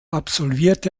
absolvierte